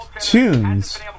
tunes